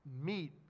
meet